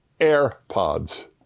AirPods